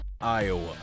Iowa